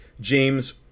James